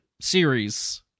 series